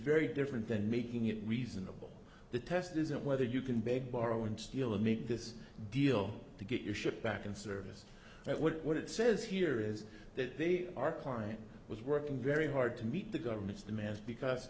very different than making it reasonable the test isn't whether you can beg borrow and steal or make this deal to get your ship back in service but what it says here is that they are client was working very hard to meet the government's demands because